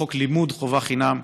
חוק לימוד חובה חינם.